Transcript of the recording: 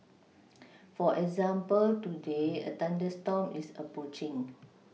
for example today a thunderstorm is approaching